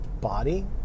body